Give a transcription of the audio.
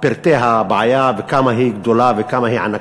פרטי הבעיה וכמה היא גדולה וכמה היא ענקית.